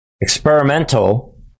experimental